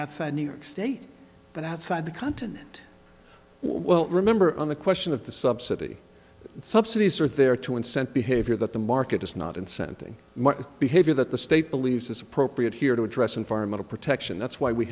outside new york state but outside the continent well remember on the question of the subsidy subsidies are there to unsent behavior that the market does not incenting market behavior that the state believes is appropriate here to address environmental protection that's why we